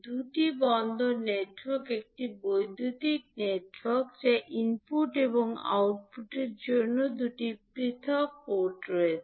দুটি বন্দর নেটওয়ার্ক একটি বৈদ্যুতিক নেটওয়ার্ক যা ইনপুট এবং আউটপুট জন্য দুটি পৃথক পোর্ট রয়েছে